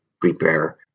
prepare